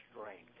strength